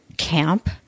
Camp